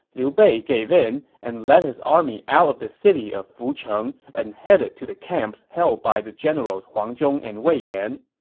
liu bei gave in and led his army out of the city of fucheng and headed to the camps held by his generals huang zhong and wei yan.